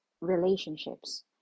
relationships